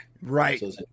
right